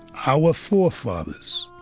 our forefathers,